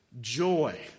Joy